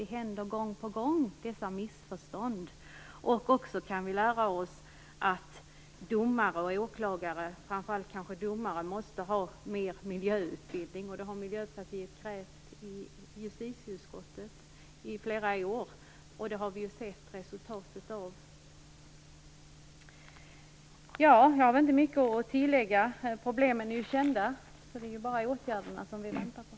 Missförstånd händer gång på gång. Också kan vi lära oss att domare och åklagare, framför allt kanske domare, måste ha mer miljöutbildning. Det har Miljöpartiet krävt i justitieutskottet flera år. Det har vi sett resultaten av. Jag har inte mycket mer att tillägga. Problemen är ju kända, det är bara åtgärderna som vi väntar på.